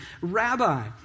Rabbi